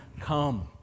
Come